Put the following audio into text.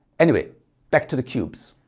anyway back to the cubes.